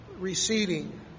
receding